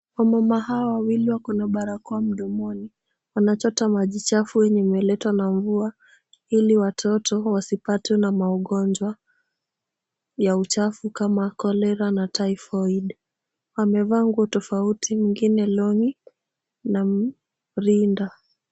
Wamama hawa wawili wako na barakoa mdomoni. Wanachota maji chafu yenye imeletwa na mvua ili watoto wasipatwe na maugonjwa ya uchafu kama cholera na typhoid . Wamevaa nguo tofauti. Mwingine long'i na rinda.